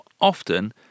often